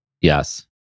Yes